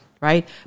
right